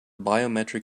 biometric